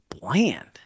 bland